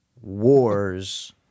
Wars